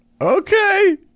Okay